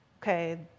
okay